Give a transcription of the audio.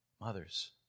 Mothers